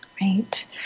Right